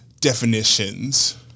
definitions